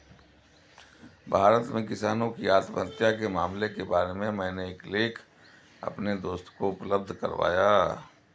भारत में किसानों की आत्महत्या के मामलों के बारे में मैंने एक लेख अपने दोस्त को उपलब्ध करवाया